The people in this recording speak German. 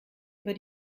über